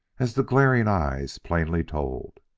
as the glaring eyes plainly told.